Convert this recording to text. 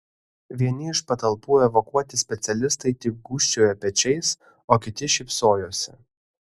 vieni iš patalpų evakuoti specialistai tik gūžčiojo pečiais o kiti šypsojosi